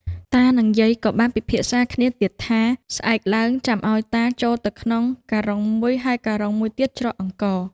តានិងយាយក៏បានពិភាក្សាគ្នាទៀតថា ស្អែកឡើងចាំឱ្យតាចូលទៅក្នុងការុងមួយ ហើយការុងមួយទៀតច្រកអង្ករ។